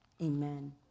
amen